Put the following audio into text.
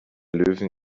löwen